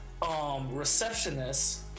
receptionists